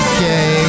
Okay